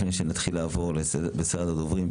לפני שנתחיל לעבור לסדר הדוברים,